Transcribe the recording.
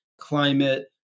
climate